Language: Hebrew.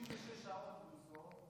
36 שעות ברוטו.